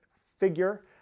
figure